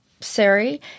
Siri